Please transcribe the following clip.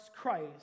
Christ